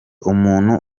umuntu